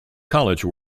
college